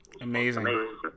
Amazing